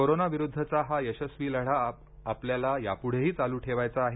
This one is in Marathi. कोरोनाविरुद्धचा हा यशस्वी लढा आपल्याला यापुढेही चालू ठेवायचा आहे